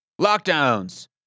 Lockdowns